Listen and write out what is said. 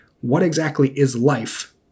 what-exactly-is-life